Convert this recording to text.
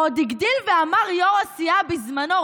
עוד הגדיל ואמר יו"ר הסיעה בזמנו,